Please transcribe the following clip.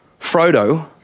Frodo